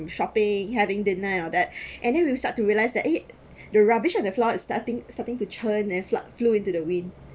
shopping having dinner and all that and then we start to realise that eh the rubbish on the floor is starting starting to churn and flo~ flew into the wind